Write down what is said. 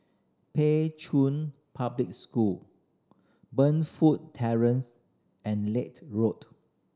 Pei Chun Public School Burnfoot Terrace and Road